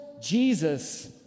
Jesus